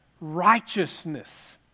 righteousness